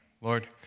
Lord